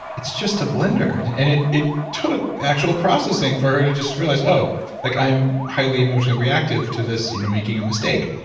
it's just a blender. and and it it took actually processing for her to just realize oh like i'm highly emotionally reactive to this you know making a mistake.